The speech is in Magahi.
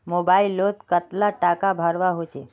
मोबाईल लोत कतला टाका भरवा होचे?